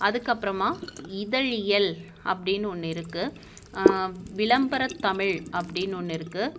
அதுக்கு அப்புறமா இதழியல் அப்படினு ஒன்று இருக்குது விளம்பரத்தமிழ் அப்படினு ஒன்று இருக்குது